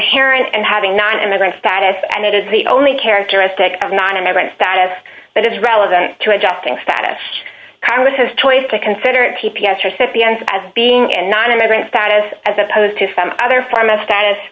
parent and having not an immigrant status and it is the only characteristic of non immigrant status that is relevant to adjusting status congress has choice to consider it p p s recipients as being and not immigrant status as opposed to some other form of status